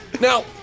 now